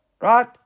Right